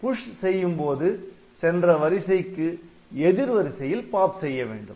push செய்யும்போது சென்ற வரிசைக்கு எதிர்வரிசையில் பாப் செய்ய வேண்டும்